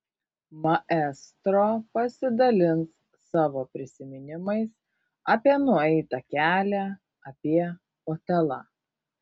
maestro pasidalins savo prisiminimais apie nueitą kelią apie otelą